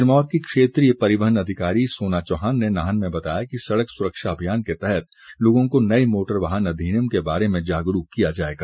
सिरमौर की क्षेत्रीय परिवहन अधिकारी सोना चौहान ने नाहन में बताया कि सड़क सुरक्षा अभियान के तहत लोगों को नए मोटर वाहन अधिनियम के बारे में जागरूक किया जाएगा